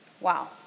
Wow